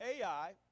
Ai